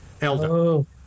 Elder